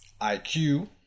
IQ